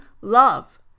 love